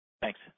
Thanks